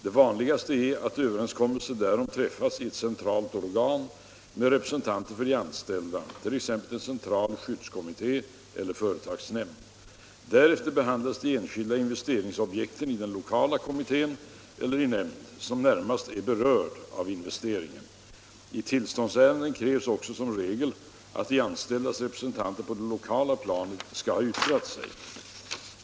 Det vanligaste är att överenskommelse därom träffas i ett centralt organ med representanter för de anställda, t.ex. en central skyddskommitté eller företagsnämnd. Därefter behandlas de enskilda investeringsobjekten i den lokala kommitté eller nämnd som närmast är berörd av investeringen. I tillståndsärendena krävs också som regel att de anställdas representanter på det lokala planet skall ha yttrat sig.